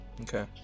Okay